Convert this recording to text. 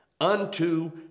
unto